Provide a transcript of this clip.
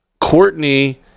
Courtney